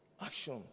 Action